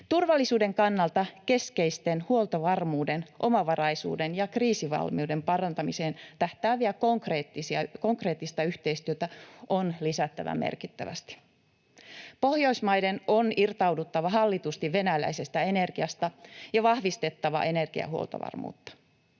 Turvallisuuden kannalta keskeisten huoltovarmuuden, omavaraisuuden ja kriisivalmiuden parantamiseen tähtäävää konkreettista yhteistyötä on lisättävä merkittävästi. Pohjoismaiden on irtauduttava hallitusti venäläisestä energiasta ja vahvistettava energiahuoltovarmuutta.